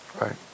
right